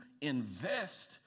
invest